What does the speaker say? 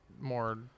more